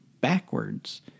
backwards